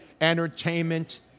Entertainment